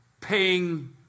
paying